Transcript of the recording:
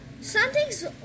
Something's